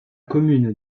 commune